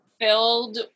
filled